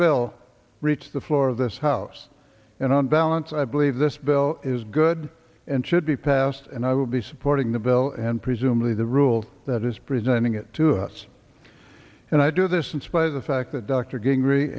bill reach the floor of this house and on balance i believe this bill is good and should be passed and i will be supporting the bill and presumably the rule that is presenting it to us and i do this in spite of the fact that d